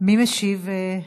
מי משיב?